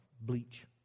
bleach